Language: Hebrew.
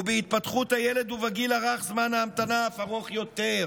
ובהתפתחות הילד ובגיל הרך זמן ההמתנה אף ארוך יותר.